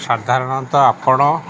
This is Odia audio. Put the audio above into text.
ସାଧାରଣତଃ ଆପଣ